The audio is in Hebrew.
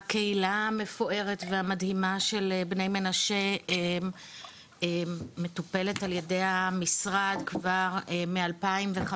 הקהילה המפוארת והמדהימה של בני מנשה מטופלת על ידי המשרד כבר מ-2015.